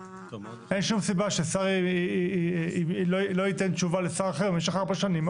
אין שום סיבה ששר לא ייתן תשובה לשר אחר במשך ארבע שנים,